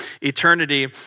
eternity